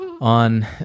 on